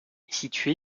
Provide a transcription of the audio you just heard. situé